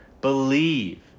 believe